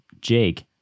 Jake